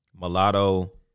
Mulatto